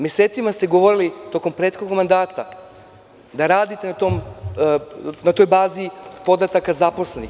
Mesecima ste govorili tokom prethodnog mandata da radite na toj bazi podataka zaposlenih.